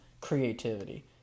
Creativity